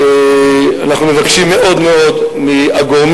אנחנו מבקשים מאוד מאוד מהגורמים,